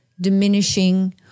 diminishing